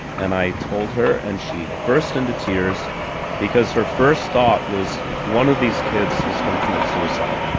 and i told her, and she burst into tears because her first thought was one of these kids is going to commit suicide